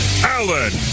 Allen